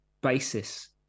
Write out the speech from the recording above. basis